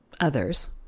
others